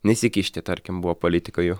nesikišti tarkim buvo politika jų